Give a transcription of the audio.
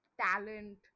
talent